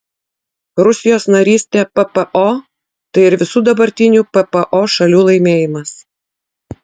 rusijos narystė ppo tai ir visų dabartinių ppo šalių laimėjimas